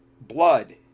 blood